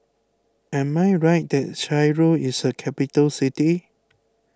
am I right that Cairo is a capital city